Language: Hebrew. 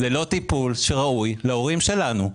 זה לא טיפול שראוי להינתן להורים שלנו.